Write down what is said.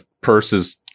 purses